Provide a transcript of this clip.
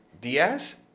Diaz